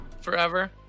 forever